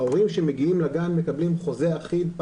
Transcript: ההורים שמגיעים לגן מקבלים חוזה אחיד.